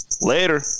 later